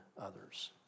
others